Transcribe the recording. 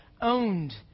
owned